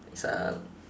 it's a